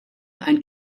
ein